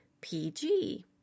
PG